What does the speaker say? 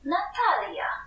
Natalia